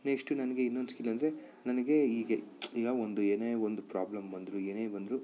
next ನನಗೆ ಇನ್ನೊಂದು skill ಅಂದರೆ ನನಗೆ ಹೀಗೆ ಈಗ ಒಂದು ಏನೇ ಒಂದು ಪ್ರಾಬ್ಲಮ್ ಬಂದರು ಏನೇ ಬಂದರು